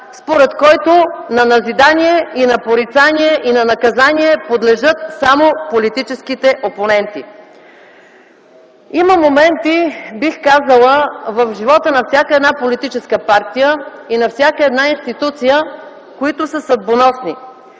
според който на назидание, порицание и на наказание подлежат само политическите опоненти. Има моменти в живота на всяка политическа партия и на всяка институция, които са съдбоносни.